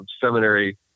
seminary